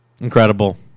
Incredible